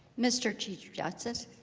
mr. chief justice